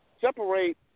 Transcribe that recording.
separate